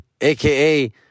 aka